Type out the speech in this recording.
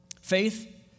Faith